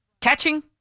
catching